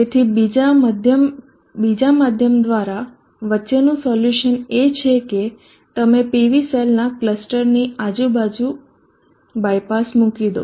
તેથી બીજા માધ્યમ દ્વારા વચ્ચેનું સોલ્યુશન એ છે કે તમે PV સેલના ક્લસ્ટરની આજુબાજુ બાયપાસ મૂકી દો